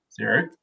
zero